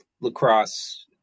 lacrosse